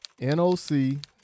NOC